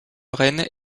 rennes